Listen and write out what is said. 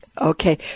okay